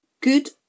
Good